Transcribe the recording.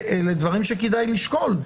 אלה דברים שכדאי לשקול.